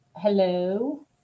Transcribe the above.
Hello